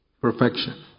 perfection